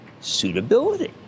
Suitability